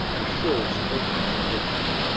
the surest omen of victory.